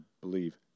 believe